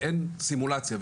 ואין סימולציה,